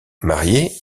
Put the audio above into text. marié